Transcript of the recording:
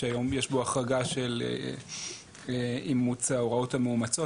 שהיום יש בו החרגה של אימוץ ההוראות המאומצות.